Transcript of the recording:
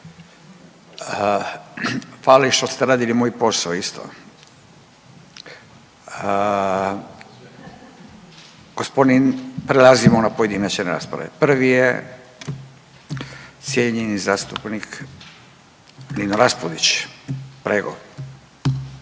Hvala i što ste radili moj posao isto. Prelazimo na pojedinačne rasprave. Prvi je cijenjeni zastupnik Nino Raspudić.